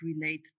relate